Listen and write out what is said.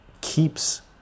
keeps